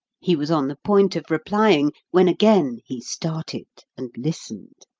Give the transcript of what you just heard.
he was on the point of replying, when again he started and listened.